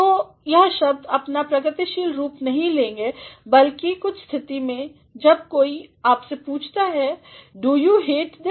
तो यह शब्द अपना प्रगतिशील रूप नहीं लेंगे बल्कि कुछ स्थिति में जब कोई आपसे पूछता है डू यू हेट दिस